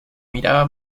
miraba